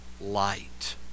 light